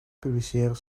publiceren